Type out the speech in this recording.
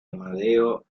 amadeo